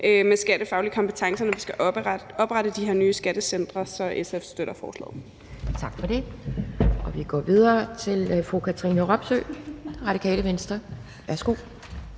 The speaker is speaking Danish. med skattefaglige kompetencer, når vi skal oprette de her nye skattecentre. Så SF støtter forslaget. Kl. 12:09 Anden næstformand (Pia Kjærsgaard): Tak for det. Og vi går videre til fru Katrine Robsøe, Radikale Venstre. Værsgo.